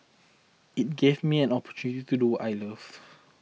it gave me an opportunity to do what I love